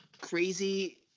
crazy